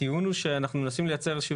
הטיעון הוא שאנחנו מנסים לייצר איזה שהיא